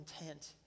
intent